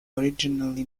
originally